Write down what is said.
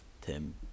Tim